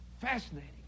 fascinating